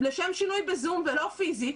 לשם שינוי בזום ולא פיזית,